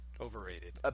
Overrated